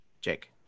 Jake